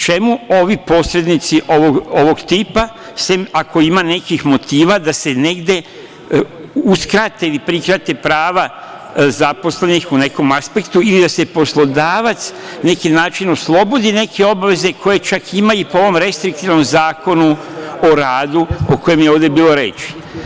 Čemu ovi posrednici ovog tipa sem ako ima nekih motiva da se negde uskrate ili prikrate prava zaposlenih u nekom aspektu ili da se poslodavac na neki način oslobodi neke obaveze koje čak ima i po ovom restriktivnom Zakonu o radu, o kojem je ovde bilo reči?